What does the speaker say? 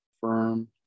firm